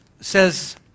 says